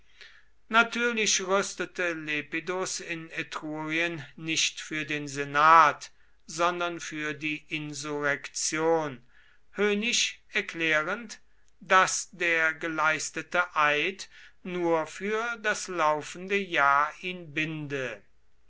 natürlich rüstete lepidus in etrurien nicht für den senat sondern für die insurrektion höhnisch erklärend daß der geleistete eid nur für das laufende jahr ihn binde